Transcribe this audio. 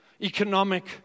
economic